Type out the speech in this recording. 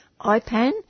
IPAN